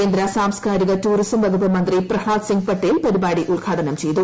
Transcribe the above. കേന്ദ്ര സാംസ്കാരിക ടൂറിസം വകുപ്പ് മന്ത്രി പ്രഹ്ളാദ് സിംഗ് പട്ടേൽ പരിപാടി ഉദ്ഘാടനം ചെയ്തു